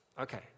okay